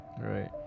right